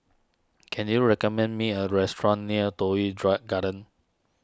can you recommend me a restaurant near Toh Yi dry Garden